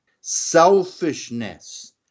selfishness